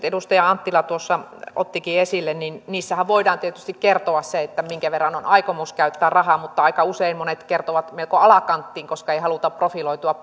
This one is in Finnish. edustaja anttila tuossa ottikin sen esille voidaan tietysti kertoa se minkä verran on aikomus käyttää rahaa mutta aika usein monet kertovat melko alakanttiin koska ei haluta profiloitua